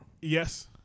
Yes